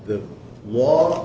the wall